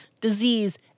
disease